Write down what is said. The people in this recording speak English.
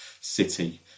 City